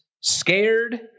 scared